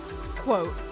quote